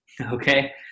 Okay